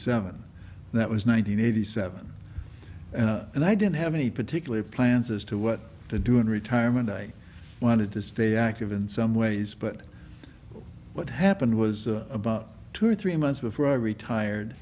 seven that was nine hundred eighty seven and i didn't have any particular plans as to what to do in retirement i wanted to stay active in some ways but what happened was about two or three months before i retired